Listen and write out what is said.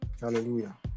hallelujah